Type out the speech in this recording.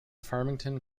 farmington